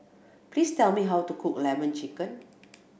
please tell me how to cook Lemon Chicken